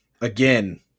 Again